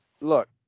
Look